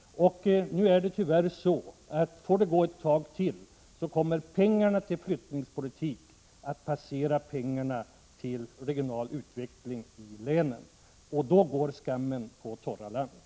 Om detta får fortsätta kommer pengarna till flyttningspolitiken tyvärr att överstiga pengarna till regional utveckling i länen, och då går skammen på torra land.